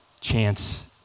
chance